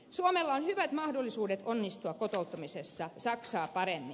suomella on hyvät mahdollisuudet onnistua kotouttamisessa saksaa paremmin